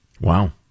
Wow